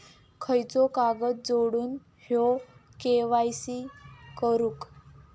खयचो कागद जोडुक होयो के.वाय.सी करूक?